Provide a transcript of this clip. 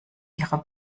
ihrer